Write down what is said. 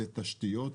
תשתיות,